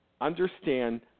understand